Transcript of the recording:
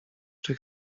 czy